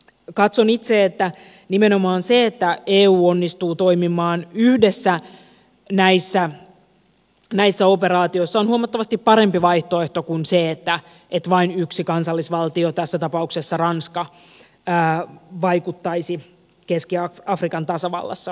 katson itse että nimenomaan se että eu onnistuu toimimaan yhdessä näissä operaatioissa on huomattavasti parempi vaihtoehto kuin se että vain yksi kansallisvaltio tässä tapauksessa ranska vaikuttaisi keski afrikan tasavallassa